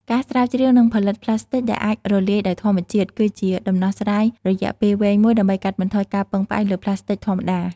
ការស្រាវជ្រាវនិងផលិតប្លាស្ទិកដែលអាចរលាយដោយធម្មជាតិ គឺជាដំណោះស្រាយរយៈពេលវែងមួយដើម្បីកាត់បន្ថយការពឹងផ្អែកលើប្លាស្ទិកធម្មតា។